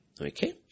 okay